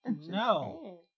No